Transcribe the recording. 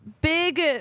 big